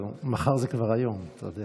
מחר זה כבר היום, אתה יודע.